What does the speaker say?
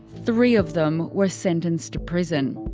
three of them were sentenced to prison.